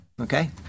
Okay